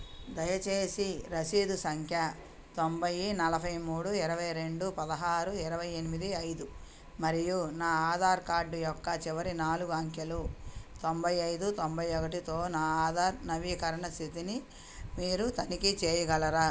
దయచేసి రసీదు సంఖ్య తొంభై నలభై మూడు ఇరవై రెండు పదహారు ఇరవై ఎనిమిది ఐదు మరియు నా ఆధార్ కార్డ్ యొక్క చివరి నాలుగు అంకెలు తొంభై ఐదు తొంభై ఒకటితో నా ఆధార్ నవీకరణ స్థితిని మీరు తనిఖీ చేయగలరా